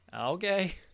okay